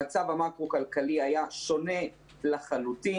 המצב המקרו-כלכלי היה שונה לחלוטין.